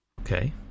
Okay